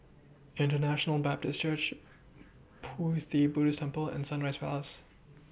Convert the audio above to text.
International Baptist Church Pu Ti Buddhist Temple and Sunrise Place